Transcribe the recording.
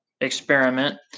experiment